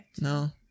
no